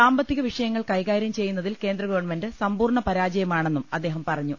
സാമ്പത്തിക വിഷയങ്ങൾ കൈകാര്യം ചെയ്യുന്നതിൽ കേന്ദ്ര ഗവൺമെന്റ് സമ്പൂർണ്ണ പരാജയമാണെന്നും അദ്ദേഹം പറഞ്ഞു